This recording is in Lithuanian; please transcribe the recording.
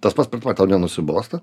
tas pats per tą patį tau nenusibosta